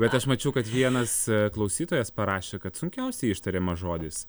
bet aš mačiau kad vienas klausytojas parašė kad sunkiausiai ištariamas žodis